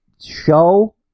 show